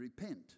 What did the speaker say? repent